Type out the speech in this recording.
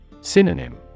Synonym